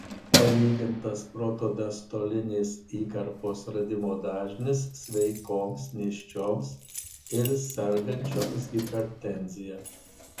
palygintas protodiastolinės įkarpos radimo dažnis sveikoms nėščiosioms ir sergančioms hipertenzija